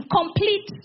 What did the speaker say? Complete